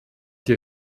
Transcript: die